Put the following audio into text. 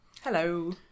hello